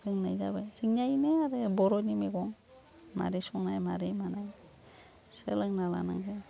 रोंनाय जाबाय जोंनिया बिनो आरो बर'नि मैगं मारै संनाय माबोरै मानाय सोलोंना लानांगौ